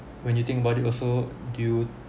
when you think about it also do you